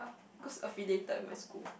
cause affiliated in my school